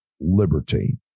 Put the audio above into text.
liberty